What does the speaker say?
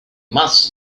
must